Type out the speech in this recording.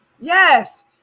Yes